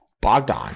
Bogdan